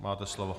Máte slovo.